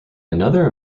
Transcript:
another